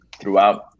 throughout